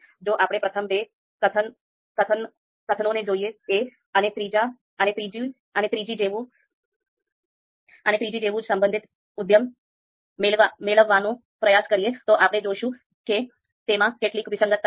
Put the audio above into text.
જો આપણે પ્રથમ બે કથનનો જોઈએ અને ત્રીજી જેવું જ સંબંધિત ઉદ્યમ મેળવવાનો પ્રયાસ કરીએ તો આપણે જોશું કે તેમાં કેટલીક વિસંગતતા છે